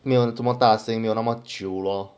没有这么大型没有那么久 lor